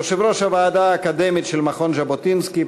יושב-ראש הוועדה האקדמית של מכון ז'בוטינסקי,